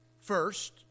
first